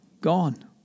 gone